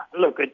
Look